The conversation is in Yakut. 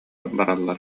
бараллар